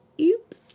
Oops